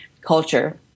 culture